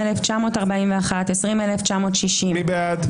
20,981 עד 21,000. מי בעד?